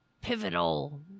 pivotal